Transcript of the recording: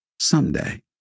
someday